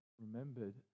remembered